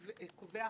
אנחנו רואים